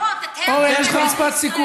הוא רואה את דגל ישראל מול העיניים בכל יום.